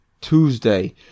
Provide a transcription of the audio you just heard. Tuesday